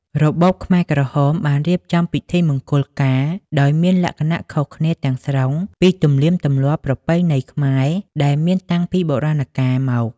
របបខ្មែរក្រហមបានរៀបចំពិធីមង្គលការដោយមានលក្ខណៈខុសគ្នាទាំងស្រុងពីទំនៀមទម្លាប់ប្រពៃណីខ្មែរដែលមានតាំងពីបុរាណកាលមក។